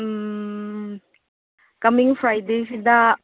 ꯎꯝ ꯀꯃꯤꯡ ꯐ꯭ꯔꯥꯏꯗꯦꯁꯤꯗ